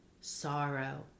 sorrow